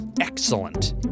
Excellent